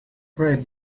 right